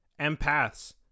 Empaths